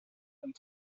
and